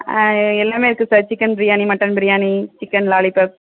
எல்லாமே இருக்கு sir chicken biryani mutton biryani chicken lollipop